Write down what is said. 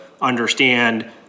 understand